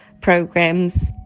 programs